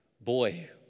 boy